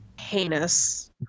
heinous